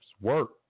work